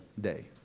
day